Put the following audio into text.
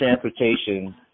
transportation